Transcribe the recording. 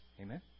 Amen